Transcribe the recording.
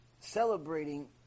celebrating